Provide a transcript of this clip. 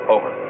Over